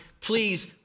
Please